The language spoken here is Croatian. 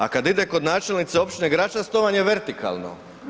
A kad ide kod načelnice općine Gračac, to vam je vertikalno.